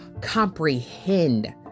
comprehend